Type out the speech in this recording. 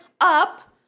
up